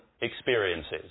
experiences